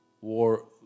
war